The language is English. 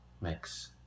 Mix